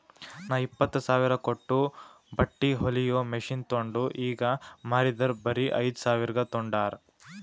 ನಾ ಇಪ್ಪತ್ತ್ ಸಾವಿರ ಕೊಟ್ಟು ಬಟ್ಟಿ ಹೊಲಿಯೋ ಮಷಿನ್ ತೊಂಡ್ ಈಗ ಮಾರಿದರ್ ಬರೆ ಐಯ್ದ ಸಾವಿರ್ಗ ತೊಂಡಾರ್